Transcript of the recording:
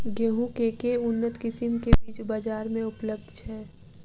गेंहूँ केँ के उन्नत किसिम केँ बीज बजार मे उपलब्ध छैय?